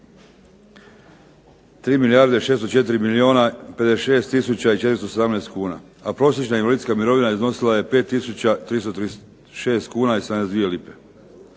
tisuća i 417 kuna, a prosječna invalidska mirovina iznosila je 5336,72 kune.